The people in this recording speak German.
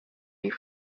die